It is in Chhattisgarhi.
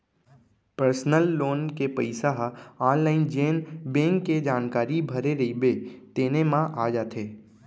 पर्सनल लोन के पइसा ह आनलाइन जेन बेंक के जानकारी भरे रइबे तेने म आ जाथे